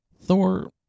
Thor